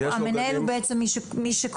המנהל הוא בעצם מי שקובע?